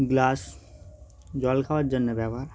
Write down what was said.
glass জল খাওয়ার জন্যে ব্যবহার